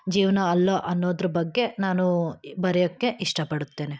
ಜೀವನ ಅಲ್ಲ ಅನ್ನೋದ್ರ ಬಗ್ಗೆ ನಾನು ಬರೆಯೋಕ್ಕೆ ಇಷ್ಟ ಪಡುತ್ತೇನೆ